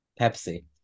Pepsi